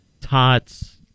tots